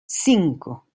cinco